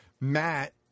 Matt